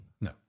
No